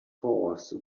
horse